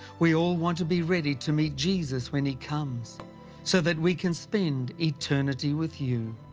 we all want to be ready to meet jesus when he comes so that we can spend eternity with you.